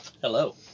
Hello